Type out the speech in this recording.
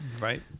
Right